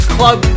Club